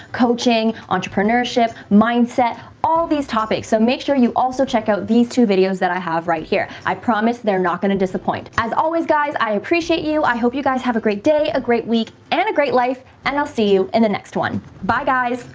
coaching, entrepreneurship mindset, all these topics, so make sure you also check out these two videos that i have right here. i promise they're not going to disappoint as always, guys, i appreciate you. i hope you guys have a great day, a great week, and a great life, and i'll see you in the next one. bye guys.